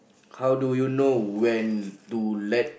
how do you know when to let